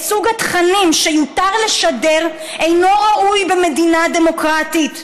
סוג התכנים שיותר לשדר אינו ראוי במדינה דמוקרטית.